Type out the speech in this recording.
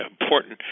important